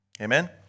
Amen